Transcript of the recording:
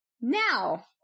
Now